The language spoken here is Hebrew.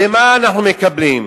ומה אנחנו מקבלים?